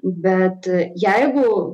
bet jeigu